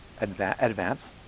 Advance